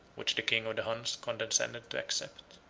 which the king of the huns condescended to accept.